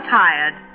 tired